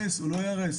לא הוא לא ייהרס,